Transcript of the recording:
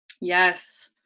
yes